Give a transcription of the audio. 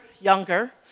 younger